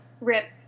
Rip